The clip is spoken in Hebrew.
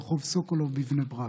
ברחוב סוקולוב בבני ברק,